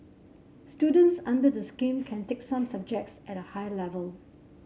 students under the scheme can take some subjects at higher level